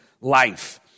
life